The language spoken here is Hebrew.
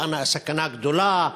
סכנה גדולה,